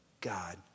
God